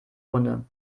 runde